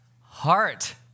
Heart